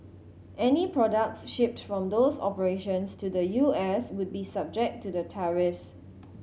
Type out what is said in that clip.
any products shipped from those operations to the U S would be subject to the tariffs